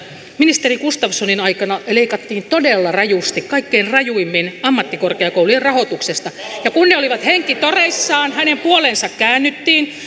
ministeri gustafssonin aikana leikattiin todella rajusti kaikkein rajuimmin ammattikorkeakoulujen rahoituksesta ja kun ne olivat henkitoreissaan hänen puoleensa käännyttiin